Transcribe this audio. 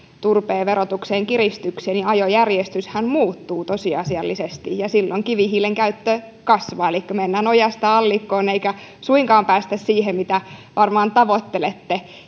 turpeen verotukseen kiristyksiä niin ajojärjestyshän muuttuu tosiasiallisesti ja silloin kivihiilen käyttö kasvaa elikkä mennään ojasta allikkoon eikä suinkaan päästä siihen mitä varmaan tavoittelette